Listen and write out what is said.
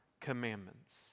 commandments